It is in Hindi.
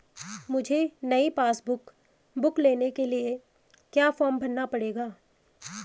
मुझे नयी पासबुक बुक लेने के लिए क्या फार्म भरना पड़ेगा?